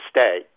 stay